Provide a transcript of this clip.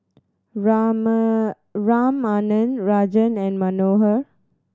Raman Ramanand Rajan and Manohar